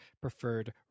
preferred